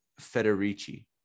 Federici